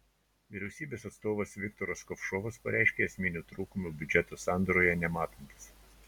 vyriausybės atstovas viktoras kovšovas pareiškė esminių trūkumų biudžeto sandaroje nematantis